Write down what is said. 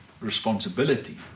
responsibility